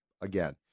again